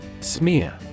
Smear